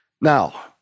Now